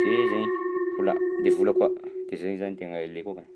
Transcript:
de zainy, vola de vola koa de zainy zany tegna ilaiko akagny.